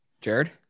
Jared